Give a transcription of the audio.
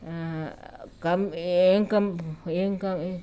కం ఏంకం ఏంక